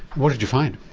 what did you find?